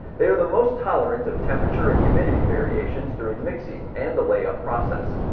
they are the most tolerant of temperature and humidity variations during mixing and the lay-up process.